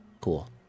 cool